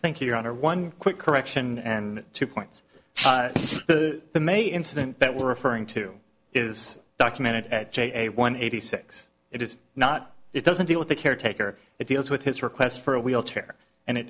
much thank you your honor one quick correction and two points on the may incident that we're referring to is documented at j a one eighty six it is not it doesn't deal with the caretaker it deals with his request for a wheelchair and it